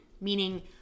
Meaning